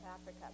Africa